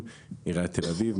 עיריית תל אביב,